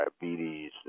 diabetes